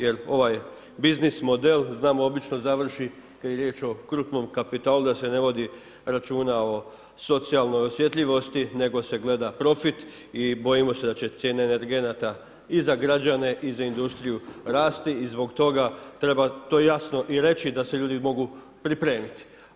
Jer ovaj biznis model znamo obično završi kad je riječ o krupnom kapitalu da se ne vodi računa o socijalnoj osjetljivosti nego se gleda profit i bojimo se da će cijene energenata i za građane i za industriju rasti i zbog toga treba to jasno i reći da se ljudi mogu pripremiti.